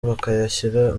bakayashyira